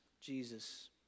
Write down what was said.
Jesus